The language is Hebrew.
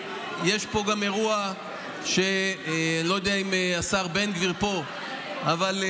יש פה גם אירוע, לא יודע אם השר בן גביר פה, אבל,